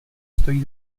stojí